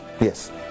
Yes